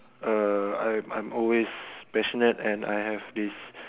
uh I'm I'm always passionate and I have this